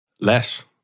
less